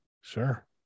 Sure